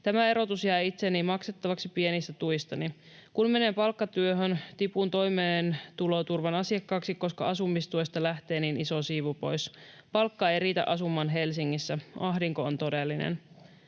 Tämä erotus jää itseni maksettavaksi pienistä tuistani. Kun menen palkkatyöhön, tipun toimeentuloturvan asiakkaaksi, koska asumistuesta lähtee niin iso siivu pois. Palkka ei riitä asumaan Helsingissä. Ahdinko on todellinen.”